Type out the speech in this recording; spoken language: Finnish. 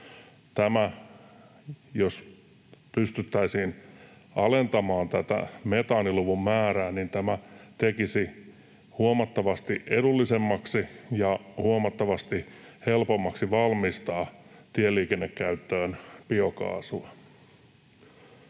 Jos pystyttäisiin alentamaan tätä metaaniluvun määrää, niin tämä tekisi huomattavasti edullisemmaksi ja huomattavasti helpommaksi valmistaa tieliikennekäyttöön biokaasua.